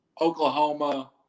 Oklahoma